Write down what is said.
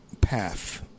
path